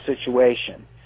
situation